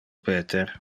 peter